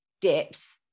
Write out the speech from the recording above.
dips